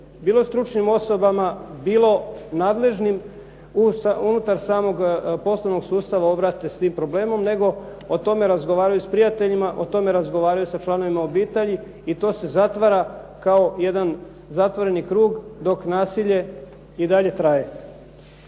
bilo stručnim osobama, bilo nadležnim unutar samog poslovnog sustava obrate s tim problemom nego o tome razgovaraju s prijateljima, o tome razgovaraju sa članovima obitelji i to se zatvara kao jedan zatvoreni krug dok nasilje i dalje traje.